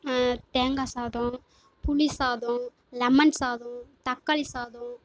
தேங்காய் சாதம் புளி சாதம் லெமன் சாதம் தக்காளி சாதம்